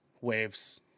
Waves